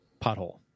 pothole